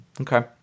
Okay